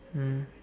mm